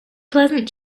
pleasant